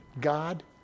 God